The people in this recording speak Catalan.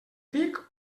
dic